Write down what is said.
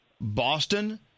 Boston